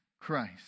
Christ